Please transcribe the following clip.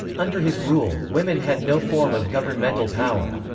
under his rule, women had no form of governmental power.